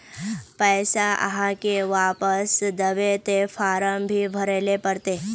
पैसा आहाँ के वापस दबे ते फारम भी भरें ले पड़ते?